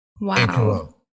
Wow